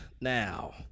now